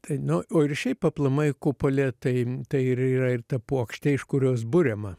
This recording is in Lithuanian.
tai nu o ir šiaip aplamai kupolė tai ir yra ir ta puokštė iš kurios buriama